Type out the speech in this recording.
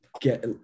get